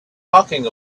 talking